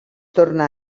torna